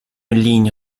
ligne